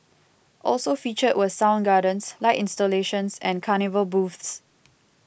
also featured were sound gardens light installations and carnival booths